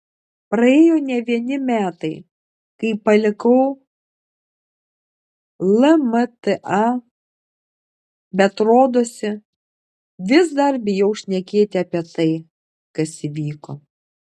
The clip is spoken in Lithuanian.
praėjo ne vieni metai kai palikau lmta bet rodosi vis dar bijau šnekėti apie tai kas įvyko